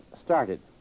started